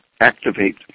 activate